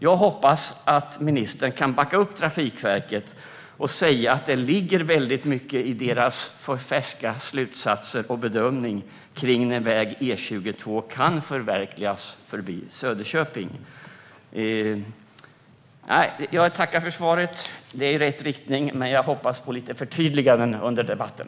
Jag hoppas att ministern kan backa upp Trafikverket och säga att det ligger mycket i verkets färska slutsatser och bedömning om när väg E22 kan förverkligas förbi Söderköping! Jag tackar för svaret. Det gick i rätt riktning, men jag hoppas på förtydliganden under debatten.